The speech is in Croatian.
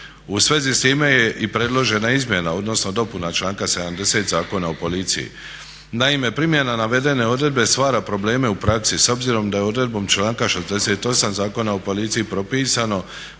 U svezi s time je i predložena izmjena odnosno dopuna članka 70. Zakona o policiji. Naime, primjena navedene odredbe stvara probleme u praksi s obzirom da je odredbom članka 68. Zakona o policiji propisano